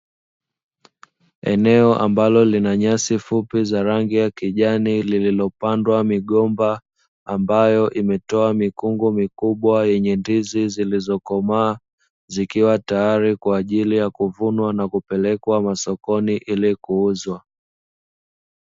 Eneo ambalo lina nyasi fupi za rangi ya kijani, lililopandwa migomba ambayo imetoa mikungu mikubwa yenye ndizi zilizokomaa, zikiwa tayari kwa ajili ya kuvunwa na kupelekwa masokoni ili kuuzwa.